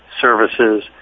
services